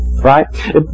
Right